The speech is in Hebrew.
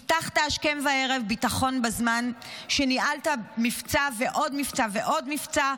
הבטחת השכם והערב ביטחון בזמן שניהלת מבצע ועוד מבצע ועוד מבצע,